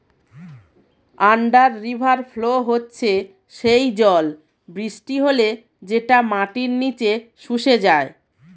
under river flow হচ্ছে সেই জল বৃষ্টি হলে যেটা মাটির নিচে শুষে যায়